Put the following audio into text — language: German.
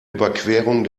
überquerung